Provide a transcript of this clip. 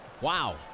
Wow